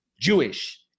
Jewish